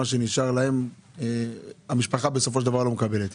שנשאר והמשפחה בסופו של דבר לא מקבלת.